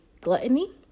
gluttony